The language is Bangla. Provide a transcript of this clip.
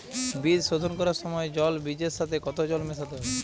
বীজ শোধন করার সময় জল বীজের সাথে কতো জল মেশাতে হবে?